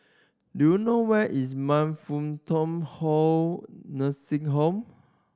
do you know where is Man Fut Tong Hold Nursing Home